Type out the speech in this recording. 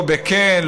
לא: כן,